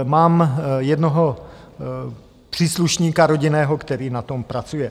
Mám jednoho příslušníka rodinného, který na tom pracuje.